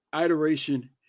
iteration